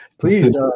Please